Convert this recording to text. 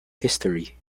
history